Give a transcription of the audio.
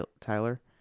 Tyler